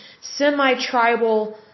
semi-tribal